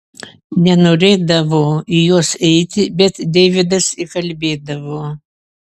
nenorėdavo į juos eiti bet deividas įkalbėdavo